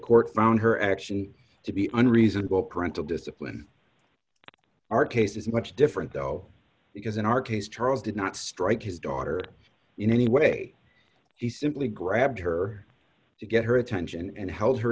court found her action to be on reasonable parental discipline our case is much different though because in our case charles did not strike his daughter in any way he simply grabbed her to get her attention and held her